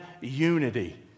unity